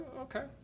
okay